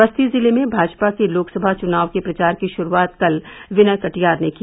बस्ती जिले में भाजपा के लोकसभा चुनाव के प्रचार की शुरुआत कल विनय कटियार ने किया